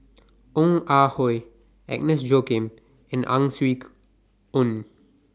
Ong Ah Hoi Agnes Joaquim and Ang Swee Aun